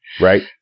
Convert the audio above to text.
Right